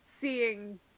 seeing